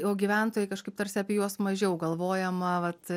o gyventojai kažkaip tarsi apie juos mažiau galvojama vat